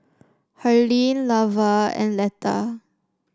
Harlene Lavar and Leta